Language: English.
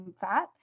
fat